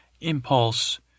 impulse